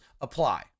apply